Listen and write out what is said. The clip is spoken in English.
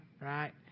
right